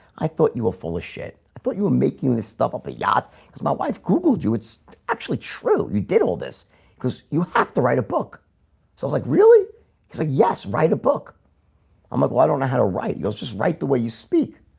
i thought you were full of shit. i thought you were making this stuff up the yacht's as my wife googled you it's actually true you did all this because you have to write a book sounds like really like yes write a book i'ma go. i don't know how to write heels. just write the way you speak